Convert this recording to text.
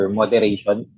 moderation